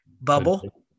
bubble